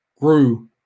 grew